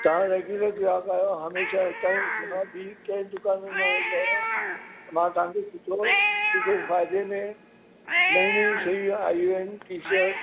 तव्हां रेग्यूलर ग्राहक आहियो हमेशह इतां ई वठंदा आहियो ॿी कंहिं दुकान ते न वेंदा आहियो मां तव्हां खे सुठो सुठे फ़ाइदे में नयूं नयूं शयूं आयूं आहिनि टी शर्ट